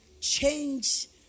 Change